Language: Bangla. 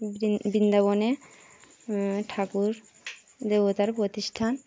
বিন বৃন্দাবনে ঠাকুর দেবতার প্রতিষ্ঠান